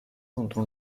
contro